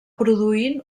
produint